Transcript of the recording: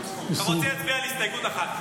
אני רוצה להצביע על הסתייגות אחת.